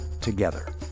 together